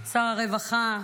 שר הרווחה,